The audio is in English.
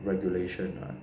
regulation